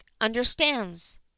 understands